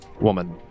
woman